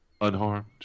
unharmed